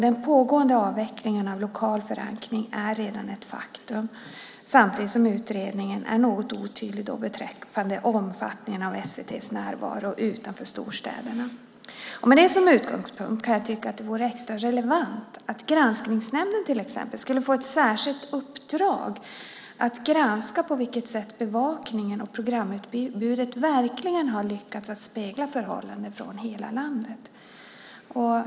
Den pågående avvecklingen av lokal förankring är redan ett faktum, samtidigt som utredningen är något otydlig beträffande omfattningen av SVT:s närvaro utanför storstäderna. Med det som utgångspunkt kan jag tycka att det vore extra relevant att till exempel Granskningsnämnden skulle få ett särskilt uppdrag att granska på vilket sätt bevakningen av programutbudet verkligen har lyckats spegla förhållanden i hela landet.